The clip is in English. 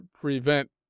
prevent